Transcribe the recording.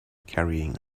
carrying